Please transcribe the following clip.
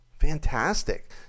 fantastic